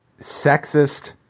sexist